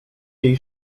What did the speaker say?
jej